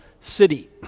City